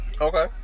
Okay